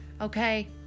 Okay